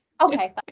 okay